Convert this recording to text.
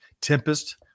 Tempest